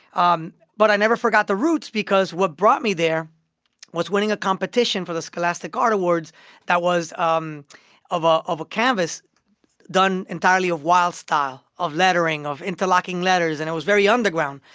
um but i never forgot the roots because what brought me there was winning a competition for the scholastic art awards that was um of ah of a canvas done entirely of wild style, of lettering, of interlocking letters. and it was very underground.